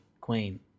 Queen